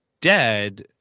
dead